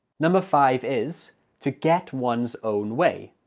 number five is to get one's own way.